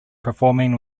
performing